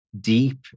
deep